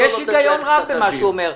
יש היגיון רב במה שהוא אומר.